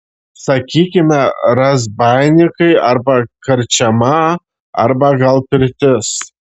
sakykime razbaininkai arba karčiama arba gal pirtis